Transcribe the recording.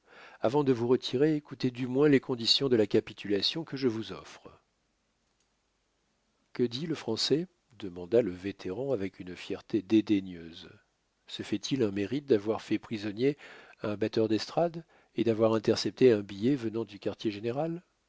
avant de vous retirer écoutez du moins les conditions de la capitulation que je vous offre que dit le français demanda le vétéran avec une fierté dédaigneuse se fait-il un mérite d'avoir fait prisonnier un batteur d'estrade et d'avoir intercepté un billet venant du quartier général